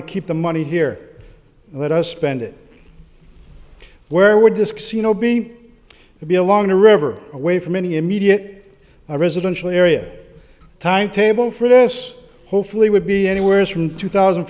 to keep the money here let us spend it where we're discs you know be to be along the river away from any immediate a residential area a timetable for this hopefully would be anywhere from two thousand